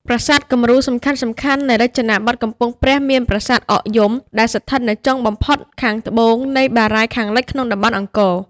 ប្រាសាទគំរូសំខាន់ៗនៃរចនាបថកំពង់ព្រះមាន ប្រាសាទអកយំដែលស្ថិតនៅចុងបំផុតខាងត្បូងនៃបារាយណ៍ខាងលិចក្នុងតំបន់អង្គរ។